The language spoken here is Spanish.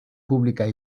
públicas